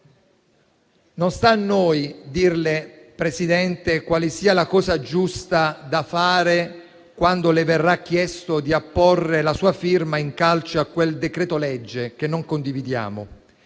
Non sta a noi dirle, Presidente, quale sia la cosa giusta da fare quando le verrà chiesto di apporre la sua firma in calce a quel decreto-legge, che non condividiamo.